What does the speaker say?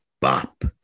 bop